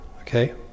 okay